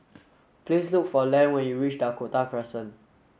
please look for Len when you reach Dakota Crescent